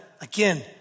again